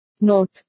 Note